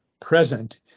present